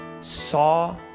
saw